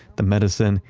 the medicine,